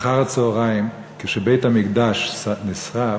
אחר הצהריים, כשבית-המקדש נשרף,